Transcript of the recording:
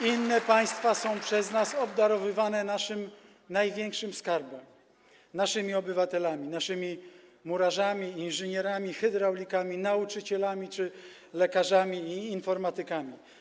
Inne państwa są przez nas obdarowywane naszym największym skarbem - naszymi obywatelami, naszymi murarzami, inżynierami, hydraulikami, nauczycielami czy lekarzami i informatykami.